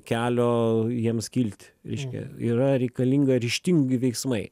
kelio jiems kilt reiškia yra reikalinga ryžtingi veiksmai